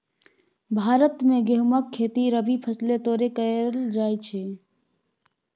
भारत मे गहुमक खेती रबी फसैल तौरे करल जाइ छइ